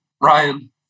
ryan